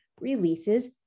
releases